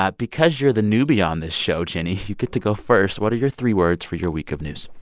ah because you're the newbie on this show, jenny, you get to go first. what are your three words for your week of news?